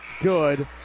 good